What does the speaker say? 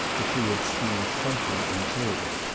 that she had seen something in his.